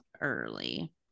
early